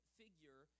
figure